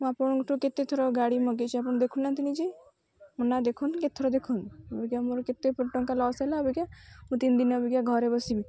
ମୁଁ ଆପଣଙ୍କଠୁ କେତେ ଥର ଗାଡ଼ି ମଗେଇଚି ଆପଣ ଦେଖୁନାହାନ୍ତି ନିଜେ ମୋ ନାଁ ଦେଖନ୍ତି କେତେଥର ଦେଖନ୍ତୁ ଅବିକା ମୋର କେତେ ଟଙ୍କା ଲସ୍ ହେଲା ଅବିକା ମୁଁ ତିନି ଦିନ ଅବିକା ଘରେ ବସିବି